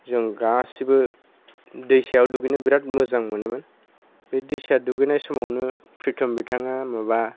जों गासैबो दैसायाव दुगैनो बिरात मोजां मोनोमोन बे दैसा दुगैनाय समावनो प्रिटम बिथाङा माबा